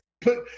put